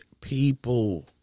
people